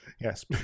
yes